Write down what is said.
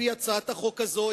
על-פי הצעת החוק הזאת,